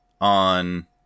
on